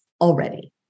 already